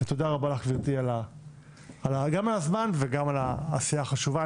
תודה רבה לך גבירתי גם על הזמן וגם על העשייה החשובה.